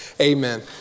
Amen